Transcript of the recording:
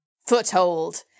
foothold